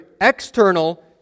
external